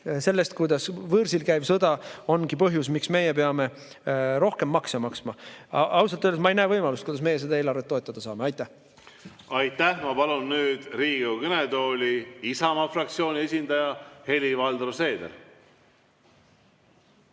selle kohta, kuidas võõrsil käiv sõda ongi põhjus, miks meie peame rohkem makse maksma. Ausalt öeldes ma ei näe võimalust, kuidas meie seda eelarvet toetada saaksime. Aitäh! Aitäh! Ma palun nüüd Riigikogu kõnetooli Isamaa fraktsiooni esindaja Helir-Valdor Seederi.